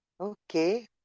Okay